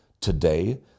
Today